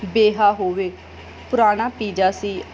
ਬੇਹਾ ਹੋਵੇ ਪੁਰਾਣਾ ਪੀਜਾ ਸੀ